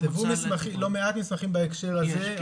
נכתבו לא מעט מסמכים בהקשר הזה,